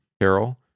Carol